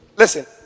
Listen